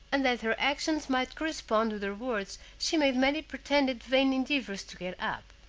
and that her actions might correspond with her words she made many pretended vain endeavors to get up.